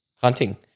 hunting